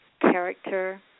character